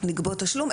לגבות תשלום,